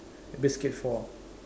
risk it for